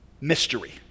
Mystery